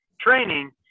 training